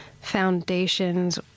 foundations